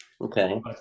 okay